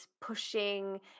pushing